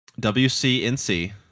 WCNC